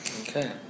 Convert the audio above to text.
Okay